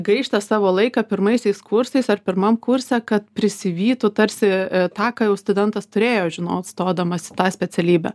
gaišta savo laiką pirmaisiais kursais ar pirmam kurse kad prisivytų tarsi tą ką jau studentas turėjo žinot stodamas į tą specialybę